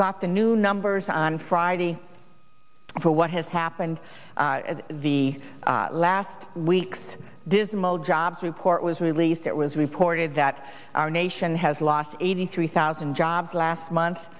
got the new numbers on friday for what has happened the last week's dismal jobs report was released it was reported that our nation has lost eighty three thousand jobs last month